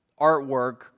artwork